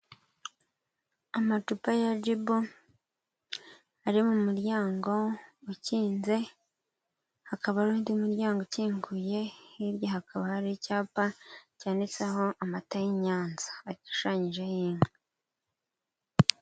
Amacupa ya jibu ari mu muryango ukinze, hakaba hari undi muryango ukinguye, hirya hakaba hari icyapa cyanditseho amata y'i Nyanza ashushanyijeho inka.